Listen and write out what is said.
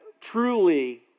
truly